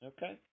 Okay